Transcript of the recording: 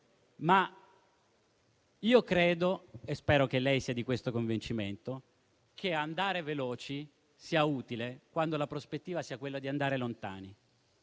ma io credo - e spero che lei sia di questo convincimento - che andare veloci sia utile quando la prospettiva è quella di andare lontani.